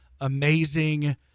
amazing